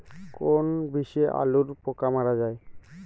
কোন বিষে আলুর পোকা মারা যায়?